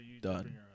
done